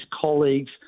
colleagues